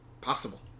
possible